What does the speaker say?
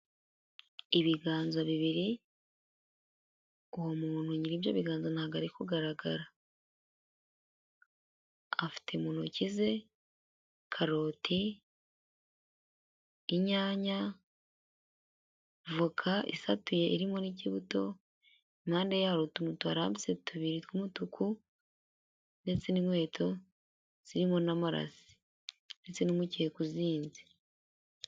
Ibiganza bibiri, uwo muntu nyiri ibyo biganza ntabwo ari kugaragara, afite mu ntoki ze karoti, inyanya, voka isatuye irimo n'ikibuto, impande yaho hari utuntu tuharambitse tubiri tw'umutuku, ndetse n'inkweto zirimo n'amarasi ndetse n'umukeka uzinze.